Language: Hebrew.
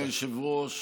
אדוני היושב-ראש,